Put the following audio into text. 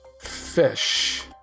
Fish